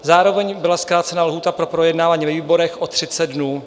Zároveň byla zkrácena lhůta pro projednávání ve výborech o 30 dnů.